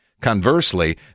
Conversely